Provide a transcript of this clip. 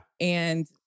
And-